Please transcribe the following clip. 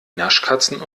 naschkatzen